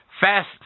Fast